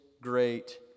great